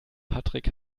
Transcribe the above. patrick